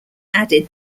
added